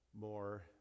more